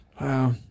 Wow